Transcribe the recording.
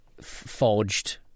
forged